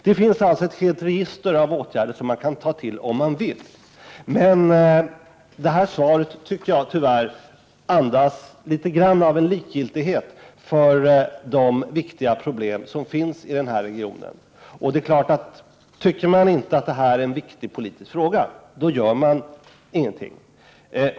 Det finns alltså ett helt register av åtgärder som man kan ta till om man vill det, men svaret andas tyvärr litet av likgiltighet för de viktiga problem som finns inom regionen. Men om man inte tycker att detta är en viktig politisk fråga gör man heller ingenting.